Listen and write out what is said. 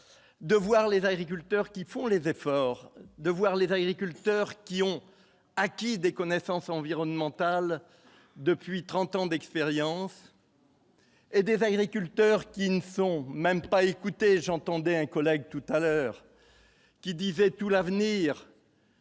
de voir les agriculteurs qui font les efforts de voir les agriculteurs qui ont acquise des connaissances environnementales depuis 30 ans d'expérience. Et des agriculteurs qui ne sont même pas écouté, j'entendais un collègue tout à l'heure qui disait tout l'avenir.